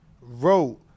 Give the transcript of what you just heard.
wrote